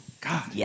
God